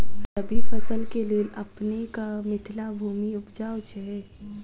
रबी फसल केँ लेल अपनेक मिथिला भूमि उपजाउ छै